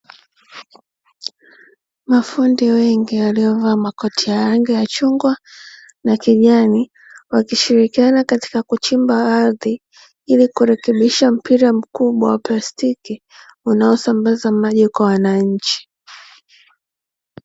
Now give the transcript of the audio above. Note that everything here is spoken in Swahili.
Mafundi wengi waliovaa makoti ya rangi ya chungwa na kijani wakishirikiana katika kuchimba ardhi ili kurekebisha mpira mkubwa wa plastiki unaosambaza maji kwa wananchi.